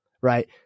right